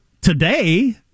Today